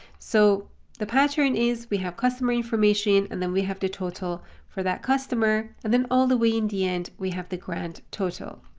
so the pattern is we have customer information and then we have the total for that customer and then all the way in the end we have the grand total.